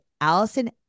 Allison